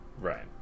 Right